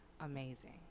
amazing